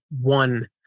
one